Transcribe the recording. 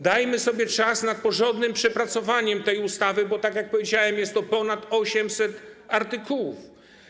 Dajmy sobie czas na porządne przepracowanie tej ustawy, bo tak jak powiedziałem, jest to ponad 800 artykułów.